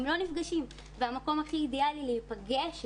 הם לא נפגשים והמקום הכי אידיאלי להיפגש בו,